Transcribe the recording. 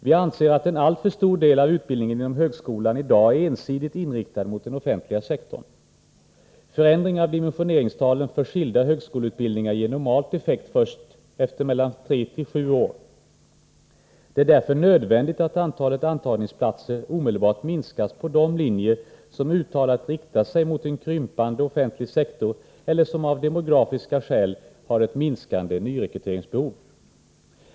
Vi anser att en alltför stor del av utbildningen inom högskolan i dag är ensidigt inriktad mot den offentliga sektorn. Förändring av dimensioneringstalen för skilda högskoleutbildningar ger normalt effekt först efter mellan 3 och 7 år. Det är därför nödvändigt att antalet antagningsplatser omedelbart minskas på de linjer som uttalat riktar sig mot en krympande offentlig sektor eller som av demografiska skäl har ett minskande nyrekryteringsbehov.